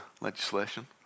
legislation